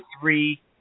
three